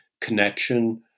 connection